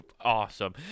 awesome